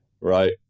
right